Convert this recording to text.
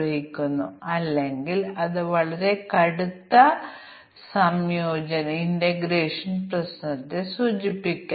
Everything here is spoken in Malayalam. ഇത് x എന്നത് x 2 ന് തുല്യമാണെങ്കിൽ y y 1 ന് തുല്യമാണെങ്കിൽ ഔട്ട്പുട്ട് gxy ആണ്